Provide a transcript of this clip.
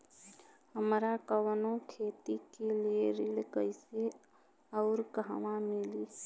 हमरा कवनो खेती के लिये ऋण कइसे अउर कहवा मिली?